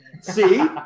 See